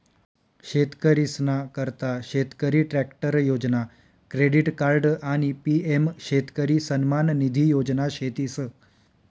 शेतकरीसना करता शेतकरी ट्रॅक्टर योजना, क्रेडिट कार्ड आणि पी.एम शेतकरी सन्मान निधी योजना शेतीस